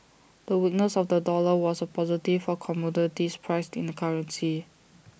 the weakness of the dollar was A positive for commodities priced in the currency